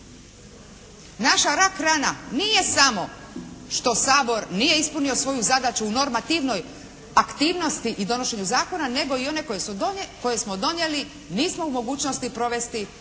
Naša rak rana nije samo što Sabor nije ispunio svoju zadaću u normativnoj aktivnosti i donošenju zakona nego i one koje smo donijeli nismo u mogućnosti provesti i ne